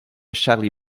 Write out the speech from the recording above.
charlie